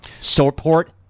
support